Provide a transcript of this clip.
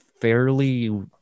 fairly